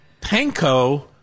Panko